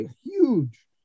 huge